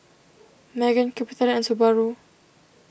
Megan CapitaLand and Subaru